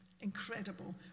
Incredible